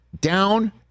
Down